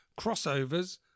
crossovers